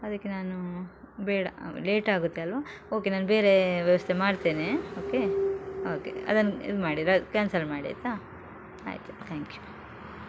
ಅದಕ್ಕೆ ನಾನು ಬೇಡ ಲೇಟ್ ಆಗುತ್ತೆ ಅಲ್ವಾ ಓಕೆ ನಾನು ಬೇರೇ ವ್ಯವಸ್ಥೆ ಮಾಡ್ತೇನೆ ಓಕೆ ಓಕೆ ಅದನ್ನು ಇದು ಮಾಡಿ ರ ಕ್ಯಾನ್ಸಲ್ ಮಾಡಿ ಆಯಿತಾ ಆಯಿತು ಥ್ಯಾಂಕ್ ಯು